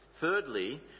Thirdly